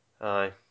Aye